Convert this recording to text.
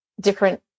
different